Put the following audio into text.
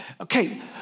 okay